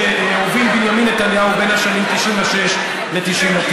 שהוביל בנימין נתניהו בין השנים 1996 ל-1999.